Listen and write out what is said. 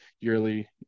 yearly